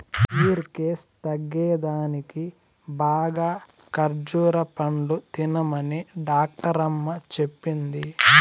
weakness తగ్గేదానికి బాగా ఖజ్జూర పండ్లు తినమనే డాక్టరమ్మ చెప్పింది